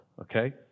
Okay